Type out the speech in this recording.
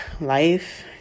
life